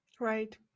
Right